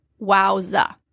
Wowza